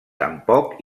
tampoc